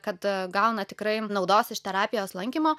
kada gauna tikrai naudos iš terapijos lankymo